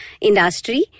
industry